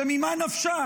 ממה נפשך?